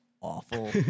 awful